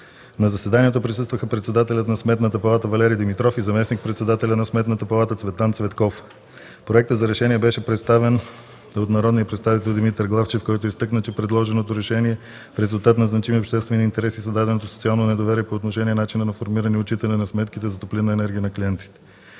На заседанието присъстваха председателят на Сметната палата Валери Димитров и заместник-председателят Цветан Цветков. Проектът за решение беше представен от народния представител Димитър Главчев, който изтъкна, че предложеното решение е в резултат на значимия обществен интерес и създаденото социално недоверие по отношение начина на формиране и отчитане на сметките за топлинна енергия на клиентите.